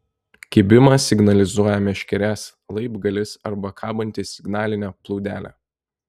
kibimą signalizuoja meškerės laibgalis arba kabanti signalinė plūdelė